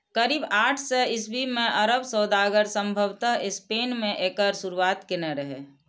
करीब आठ सय ईस्वी मे अरब सौदागर संभवतः स्पेन मे एकर शुरुआत केने रहै